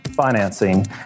financing